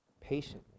patiently